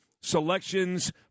selections